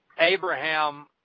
Abraham